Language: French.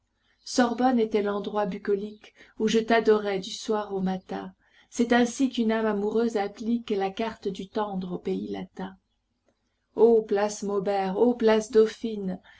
sorbonne était l'endroit bucolique où je t'adorais du soir au matin c'est ainsi qu'une âme amoureuse applique la carte du tendre au pays latin ô place maubert ô place dauphine